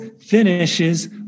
finishes